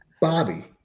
Bobby